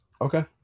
Okay